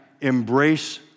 embrace